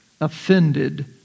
offended